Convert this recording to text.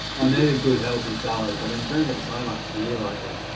ah need a good, healthy salad. i've been drinking so much beer lately.